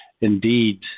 indeed